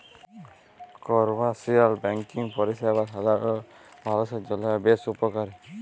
commercial banking পরিষেবা সাধারল মালুষের জন্হে বেশ উপকারী